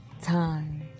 time